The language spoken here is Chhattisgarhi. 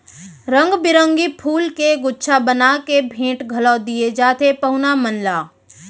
रंग बिरंगी फूल के गुच्छा बना के भेंट घलौ दिये जाथे पहुना मन ला